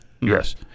Yes